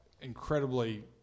incredibly